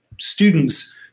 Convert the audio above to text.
students